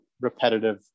repetitive